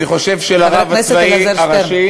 אני חושב שלרב הצבאי הראשי,